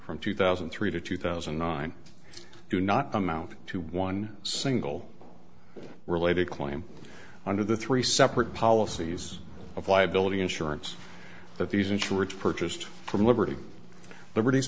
from two thousand and three to two thousand and nine do not amount to one single related claim under the three separate policies of liability insurance that these in church purchased from liberty libert